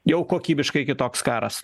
jau kokybiškai kitoks karas